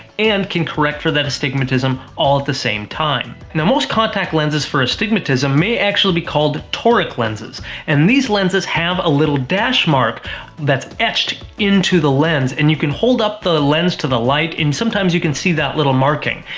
and can correct for that astigmatism, all at the same time. now, most contact lenses for astigmatism may actually be called toric lenses and these lenses have a little dash mark that's etched into the lens and you can hold up the lens to the light and sometimes you can see that little marking.